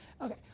okay